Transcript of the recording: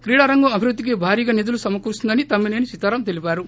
క్రిడారంగం అభివృద్దికి భారీగా నిధులు సమకూరుస్తుందని తమ్మి నేని సీతారాం తెలిపారు